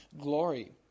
glory